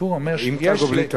הסיפור אומר, עם תג או בלי תג?